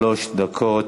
שלוש דקות.